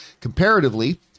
Comparatively